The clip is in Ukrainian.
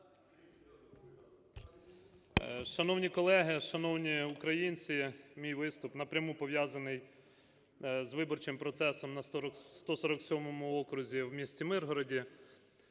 Шановні колеги! Шановні українці! Мій виступ напряму пов'язаний з виборчим процесом на 147 окрузі в місті Миргороді.